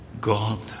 God